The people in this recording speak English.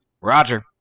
Roger